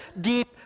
deep